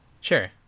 sure